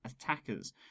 attackers